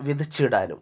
വിതച്ചിടാനും